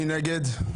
מי נגד?